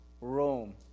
Rome